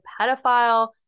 pedophile